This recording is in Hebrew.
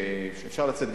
שאפשר לצאת.